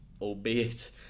albeit